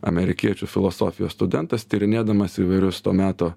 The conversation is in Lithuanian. amerikiečių filosofijos studentas tyrinėdamas įvairius to meto